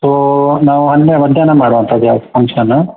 so ನಾವು ಹನ್ನೆ ಮಧ್ಯಾಹ್ನ ಮಾಡುವಂತದ್ದು ಯಾವ್ದು ಫಂಕ್ಷನು